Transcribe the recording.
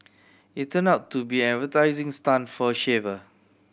it turned out to be an advertising stunt for a shaver